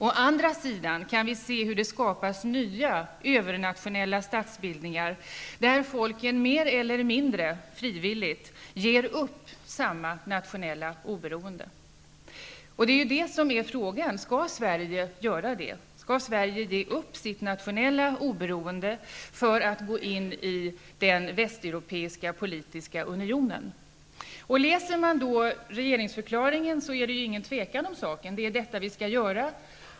Å andra sidan kan vi se hur det skapas nya övernationella statsbildningar, där folken mer eller mindre frivilligt ger upp samma nationella oberoende. Det är ju det som är frågan: Skall Sverige ge upp sitt nationella oberoende för att gå in i den västeuropeiska politiska unionen? Läser man regeringsförklaringen, är det ingen tvekan om saken. Det är detta vi skall göra.